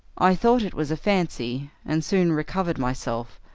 i thought it was a fancy, and soon recovered myself,